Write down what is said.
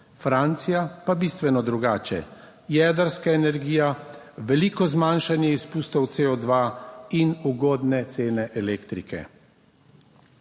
Francija pa bistveno drugače, jedrska energija, veliko zmanjšanje izpustov CO2 in ugodne cene elektrike.